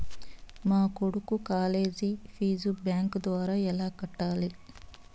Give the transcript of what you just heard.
మా కొడుకు college fees bank ద్వారా ఎలా కట్టాలి?